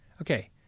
Okay